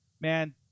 man